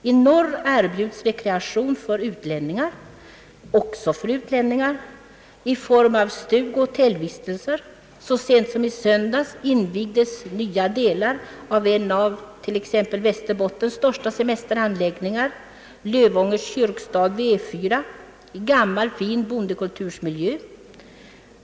I norr erbjuds rekreation också åt utlänningar i form av stugsemestrar och hotellvistelser. Så sent som i söndags invigdes nya delar av en av Västerbottens största semesteranläggningar — Lövångers kyrk stad vid E 4 i gammal fin bondekulturmiljö.